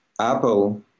Apple